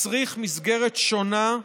מצריך מסגרת שונה,